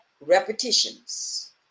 repetitions